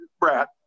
brat